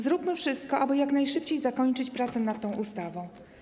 Zróbmy wszystko, aby jak najszybciej zakończyć prace nad tą ustawą.